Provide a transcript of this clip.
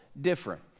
different